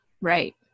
Right